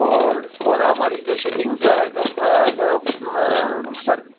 اور اور ہماری جو سٹنگ جو ہے جو سر